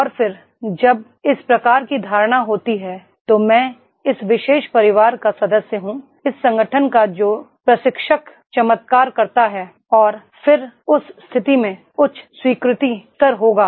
और फिर जब इस प्रकार की धारणा होती है तो मैं इस विशेष परिवार का सदस्य हूं इस संगठन का जो प्रशिक्षक चमत्कार करता है और फिर उस स्थिति में उच्च स्वीकृति स्तर होगा